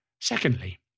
Secondly